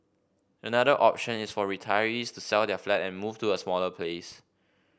another option is for retirees to sell their flat and move to a smaller place